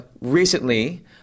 recently